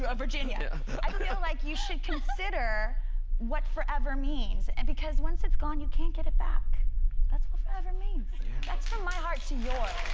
ah virginia i feel like you should consider what forever means and because once it's gone you can't get it back that's what forever means that's from my heart to your?